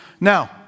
Now